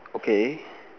okay